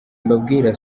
mbabwira